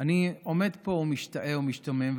אני עומד פה משתאה ומשתומם,